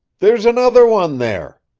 there's another one there,